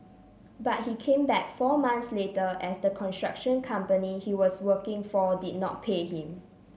but he came back four months later as the construction company he was working for did not pay him